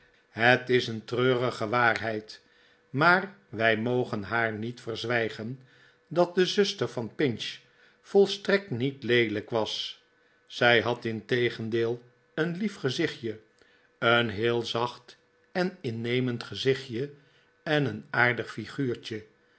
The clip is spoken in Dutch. het is een treurige waarheid maar wij mogen haar niet verzwijgen dat de zuster van pinch volstrekt niet leelijk was zij had integendeel een lief gezichtje een heel zacht en innemend gezichtje en een aardig figuurtje